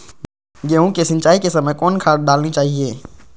गेंहू के सिंचाई के समय कौन खाद डालनी चाइये?